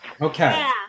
Okay